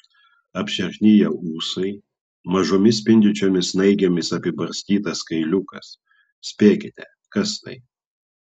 apšerkšniję ūsai mažomis spindinčiomis snaigėmis apibarstytas kailiukas spėkite kas tai